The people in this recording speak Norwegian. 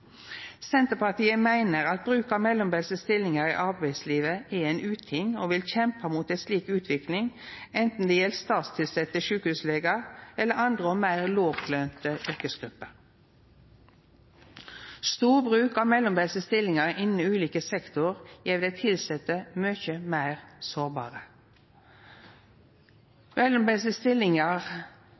Senterpartiet meiner at bruk av mellombelse stillingar i arbeidslivet er ein uting og vil kjempa mot ei slik utvikling, anten det gjeld statstilsette sjukehuslegar eller andre og meir lågtlønte yrkesgrupper. Stor bruk av mellombelse stillingar innan ulike sektorar gjer dei tilsette mykje meir sårbare. Mellombelse stillingar